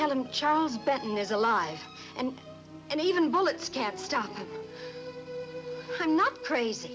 him charles betty is alive and and even bullets can't stop i'm not crazy